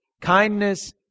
kindness